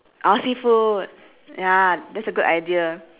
oh seafood ya that's a good idea